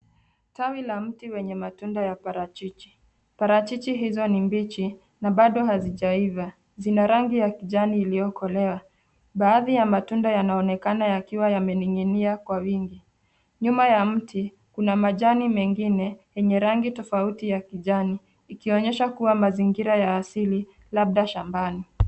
Tawi la mti wenye matunda ya parachichi. Parachichi hizo ni mbichi na bado hazijaiva. Zina rangi ya kijani iliyokolea. Baadhi ya matunda yanaonekana yakiwa yaning'inia kwa wingi. Nyuma ya mti kuna majani mengine yenye rangi tofauti ya kijani, ikionyesha kuwa mazingira ya asili labda shambani.